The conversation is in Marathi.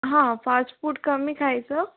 हां फास्ट फूड कमी खायचं